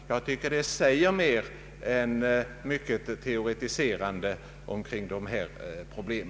Jag tycker att det säger mer än mycket teoretiserande kring dessa problem.